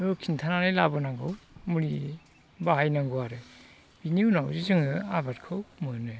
बेफोरखौ खिन्थानानै लाबोनांगौ मुलि बाहायनांगौ आरो बिनि उनावसो जोङो आबादखौ मोनो